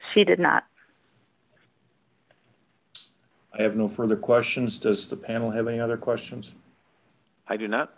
she did not it's i have no further questions does the panel have any other questions i do not